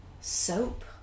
soap